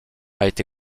été